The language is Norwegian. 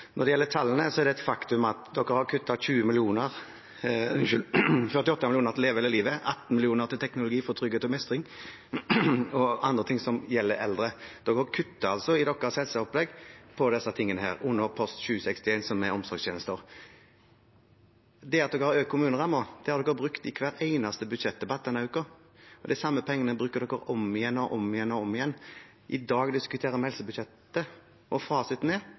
faktum at Arbeiderpartiet har kuttet 48 mill. til «Leve hele livet» og 18 mill. til teknologi for trygghet og mestring, og annet som gjelder eldre. De kutter altså i dette i sitt helsebudsjett, under Kapittel 761, som er Omsorgstjeneste. Det at Arbeiderpartiet har økt kommunerammen, har de brukt i hver eneste budsjettdebatt denne uken, og de samme pengene bruker de om igjen og om igjen. I dag diskuterer vi helsebudsjettet, og